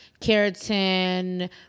keratin